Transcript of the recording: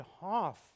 half